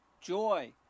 Joy